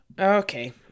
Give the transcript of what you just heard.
Okay